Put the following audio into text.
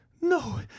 No